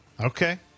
Okay